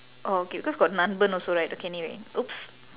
oh okay because got nanban also right okay anyway !oops!